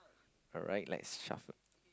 alright let's shuffle